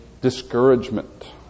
discouragement